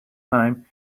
time